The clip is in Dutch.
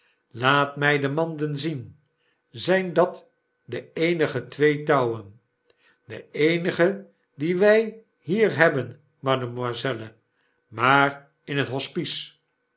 laat my de manden zien zyn dat de eenige twee touwen de eenige die wy hierhebben mam'selle maar in het